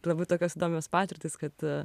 labai tokios įdomios patirtys kad